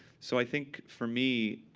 so i think for me,